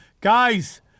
guys